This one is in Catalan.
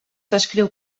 descriu